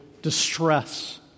distress